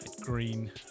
green